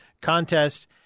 contest